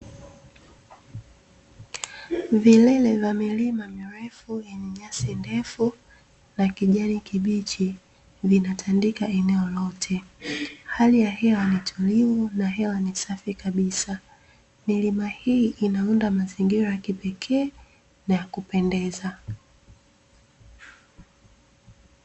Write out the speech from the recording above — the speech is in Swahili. Vilele vya milima mirefu yenye nyasi ndefu na kijani kibichi vinatandika eneo lote, hali ya hewa ni tulivu na hewa ni safi kabisa, milima hii inaunda mazingira ya kipekee na ya kupendeza.